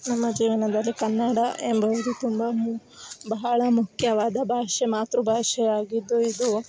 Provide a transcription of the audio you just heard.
ನಮ್ಮ ಜೀವನದಲ್ಲಿ ಕನ್ನಡ ಎಂಬುವುದು ತುಂಬ ಬಹಳ ಮುಖ್ಯವಾದ ಭಾಷೆ ಮಾತೃ ಭಾಷೆ ಆಗಿದ್ದು ಇದು